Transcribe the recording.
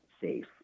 safe